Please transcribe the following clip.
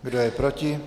Kdo je proti?